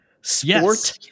sport